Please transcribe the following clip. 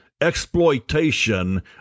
exploitation